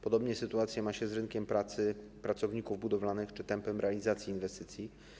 Podobnie sytuacja ma się z rynkiem pracy, pracowników budowlanych czy tempem realizacji inwestycji.